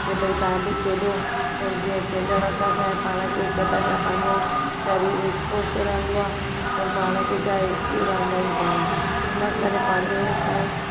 के भई तव्हां बि खेॾो पोइ जीअं खेॾण सां छाहे पाण खे हिक त छा पंहिंजे शरीरु स्फूर्ति रहंदो आहे पोइ पाण खे छाए एक्टिव रहंदा अहियूं पाण हिन करे पंहिंजो छाहे